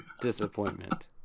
Disappointment